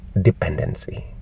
dependency